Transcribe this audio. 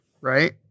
Right